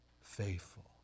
Faithful